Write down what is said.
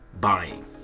buying